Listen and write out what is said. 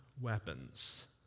weapons